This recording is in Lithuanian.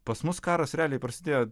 pas mus karas realiai prasidėjo